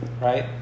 right